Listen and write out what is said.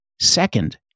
Second